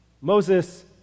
Moses